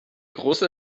große